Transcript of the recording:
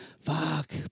Fuck